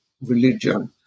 religion